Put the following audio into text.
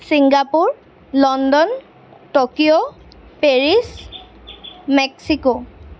Singapore London Tokyo Paris Mexico